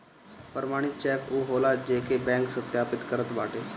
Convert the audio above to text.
प्रमाणित चेक उ होला जेके बैंक सत्यापित करत बाटे